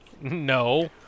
No